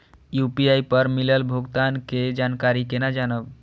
UPI पर मिलल भुगतान के जानकारी केना जानब?